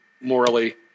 morally